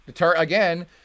Again